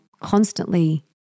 constantly